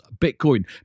Bitcoin